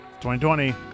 2020